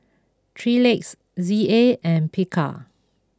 three Legs Z A and Picard